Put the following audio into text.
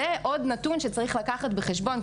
זה עוד נתון שצריך לקחת בחשבון,